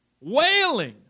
wailing